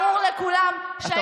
אל תדאג, אני